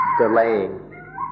delaying